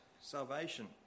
salvation